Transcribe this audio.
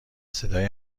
صدای